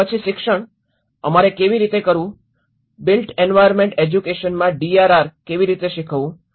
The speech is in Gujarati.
અને પછી શિક્ષણ અમારે કેવી રીતે કરવું બિલ્ટ એન્વાયર્નમેન્ટ એજ્યુકેશનમાં ડીઆરઆર કેવી રીતે શીખવવું